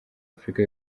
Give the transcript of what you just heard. afurika